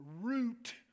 root